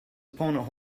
opponent